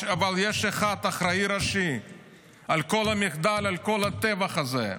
אבל יש אחד אחראי ראשי לכל המחדל, לכל הטבח הזה.